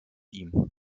ihm